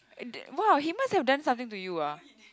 !wow! he must have done something to you ah